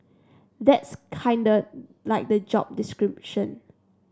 that's kinda like the job description